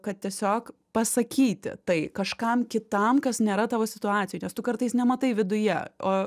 kad tiesiog pasakyti tai kažkam kitam kas nėra tavo situacijoj nes tu kartais nematai viduje o